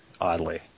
oddly